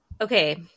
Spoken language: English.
Okay